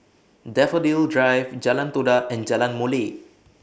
Daffodil Drive Jalan Todak and Jalan Molek